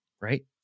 Right